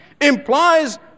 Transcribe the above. implies